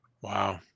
Wow